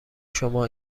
شما